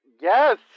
yes